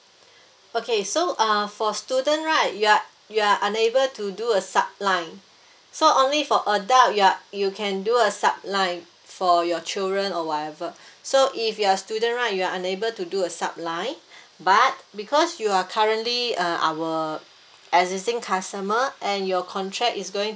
okay so uh for student right you are you are unable to do a sub line so only for adult you're you can do a sub line for your children or whatever so if you're student right you are unable to do a sub line but because you are currently uh our existing customer and your contract is going